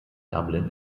dublin